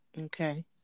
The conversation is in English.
Okay